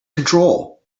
control